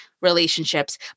relationships